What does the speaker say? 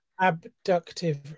abductive